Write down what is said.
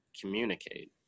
communicate